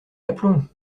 l’aplomb